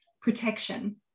protection